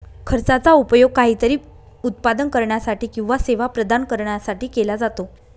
खर्चाचा उपयोग काहीतरी उत्पादन करण्यासाठी किंवा सेवा प्रदान करण्यासाठी केला जातो